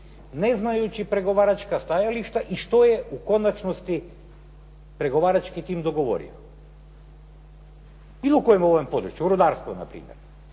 ne znajući pregovaračka stajališta i što je u konačnosti pregovarački tim dogovorio. Bilo u kojem ovom području, u rudarstvu na primjer.